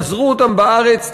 פזרו אותם בארץ,